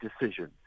decision